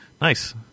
nice